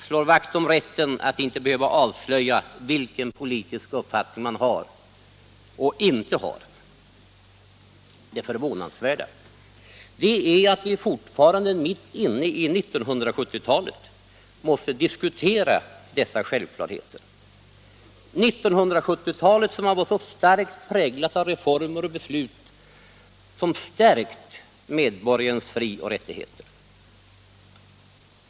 — slår vakt om rätten att inte behöva avslöja vilken politisk uppfattning man har och inte har. Det förvånansvärda är att vi fortfarande, mitt inne i 1970-talet, måste diskutera dessa självklarheter. 1970-talet som har varit så starkt präglat av reformer och beslut som stärkt medborgarens fri och rättigheter.